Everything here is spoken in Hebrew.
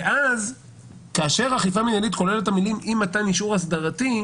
ואז כאשר האכיפה המנהלית כוללת את המילים: "אי מתן אישור אסדרתי"